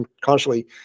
constantly